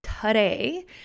today